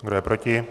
Kdo je proti?